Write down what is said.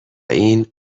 این